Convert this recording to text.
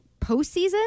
postseason